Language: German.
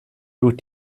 durch